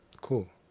Cool